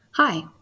Hi